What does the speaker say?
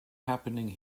happening